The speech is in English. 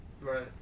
Right